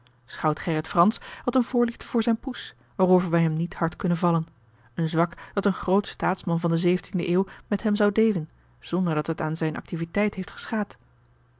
schout gerrit fransz had eene voorliefde voor zijne poes waarover wij hem niet hard kunnen vallen een zwak dat een groot staatsman van de de eeuw met hem zou deelen zonderdat het aan zijne activiteit heeft geschaad